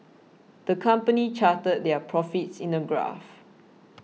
the company charted their profits in a graph